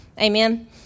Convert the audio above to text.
Amen